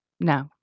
No